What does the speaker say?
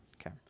Okay